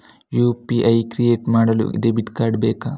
UPI create ಮಾಡಲು debit card ಬೇಕಾ?